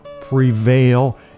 prevail